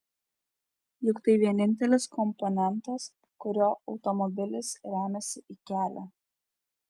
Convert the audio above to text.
juk tai vienintelis komponentas kuriuo automobilis remiasi į kelią